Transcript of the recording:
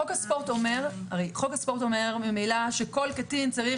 חוק הספורט אומר ממילא שכל קטין צריך